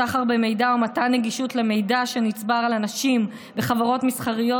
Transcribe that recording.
סחר במידע ומתן נגישות למידע שנצבר על אנשים לחברות מסחריות